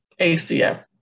ACF